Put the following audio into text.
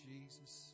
Jesus